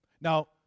Now